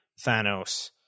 Thanos